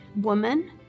woman